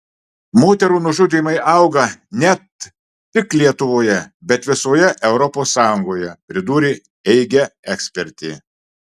moterų nužudymai auga net tik lietuvoje bet visoje europos sąjungoje pridūrė eige ekspertė